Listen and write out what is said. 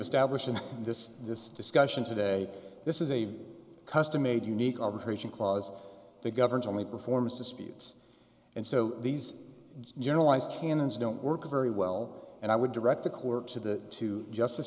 established in this this discussion today this is a custom made unique arbitration clause that governs only performance disputes and so these generalized canons don't work very well and i would direct the quirks of that to justice